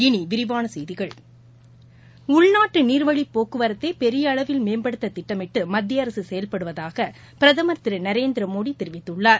இனிவிரிவானசெய்திகள் உள்நாட்டுநீர்வழிப் போக்குவரத்தைபெரியஅளவில் மேம்படுத்ததிட்டமிட்டு மத்திய அரசுசெயல்படுவதாக பிரதமர் திருநரேந்திரமோடி தெரிவித்துள்ளார்